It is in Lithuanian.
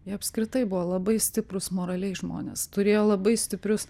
jie apskritai buvo labai stiprūs moraliai žmonės turėjo labai stiprius